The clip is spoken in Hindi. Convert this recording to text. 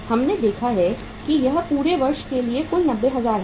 हमने देखा है कि यह पूरे वर्ष के लिए कुल 90000 है